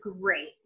great